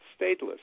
stateless